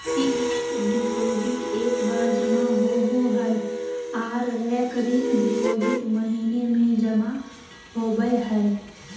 fixed deposit एक बार जमा होबो हय आर रेकरिंग डिपॉजिट महीने में जमा होबय हय